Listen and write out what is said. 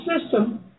system